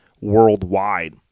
worldwide